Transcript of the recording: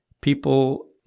people